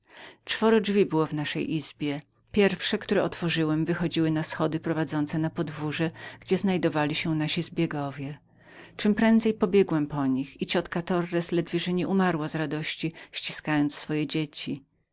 czworo drzwi było w naszej izbie pierwsze które otworzyłem wychodziły na schody prowadzące na powórzepodwórze gdzie znajdowali się nasze włóczęgi czemprędzej pobiegłem po nich i ciotka torres ledwie że nie umarła z radości ściskając swoje dzieci